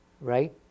right